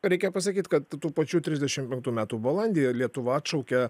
reikia pasakyt kad tų pačių trisdešimt penktų metų balandyje lietuva atšaukė